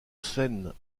sen